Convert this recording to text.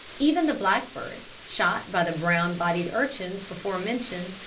even the blackbirds, shot by the brown-bodied urchins before mentioned,